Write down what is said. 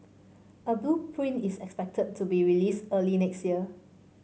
a blueprint is expected to be released early next year